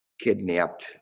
Kidnapped